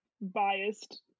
biased